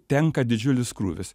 tenka didžiulis krūvis